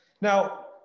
Now